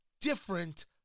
different